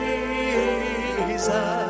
Jesus